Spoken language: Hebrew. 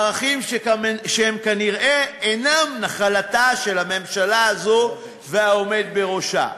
ערכים שכנראה אינם נחלתם של הממשלה הזאת והעומד בראשה.